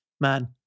man